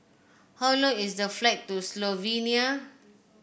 how long is the flight to Slovenia